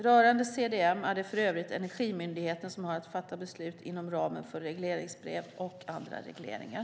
Rörande CDM är det för övrigt Energimyndigheten som har att fatta beslut inom ramen för regleringsbrev och andra regleringar.